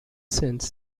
since